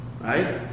right